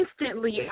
Instantly